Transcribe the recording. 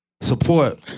Support